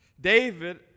David